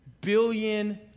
billion